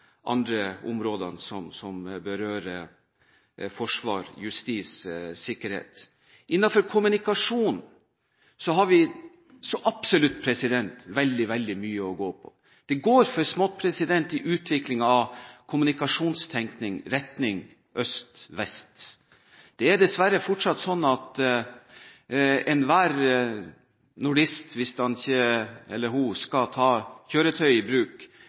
andre områdene som berører forsvar, justis og sikkerhet. Innenfor kommunikasjon har vi så absolutt veldig mye å gå på. Det går for smått i utviklingen av kommunikasjonstenkning i retning øst–vest. Det er dessverre fortsatt sånn at enhver nordist, hvis han eller hun ikke skal ta kjøretøy i bruk,